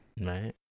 right